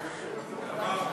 תמר,